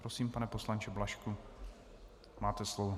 Prosím, pane poslanče Blažku, máte slovo.